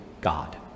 God